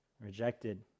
rejected